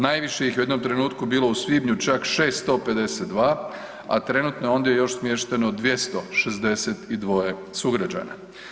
Najviše ih je u jednom trenutku bilo u svibnju čak 652, a trenutno je ondje još smješteno 262 sugrađana.